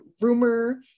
rumor